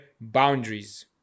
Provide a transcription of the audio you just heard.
boundaries